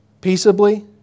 Peaceably